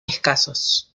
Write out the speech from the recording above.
escasos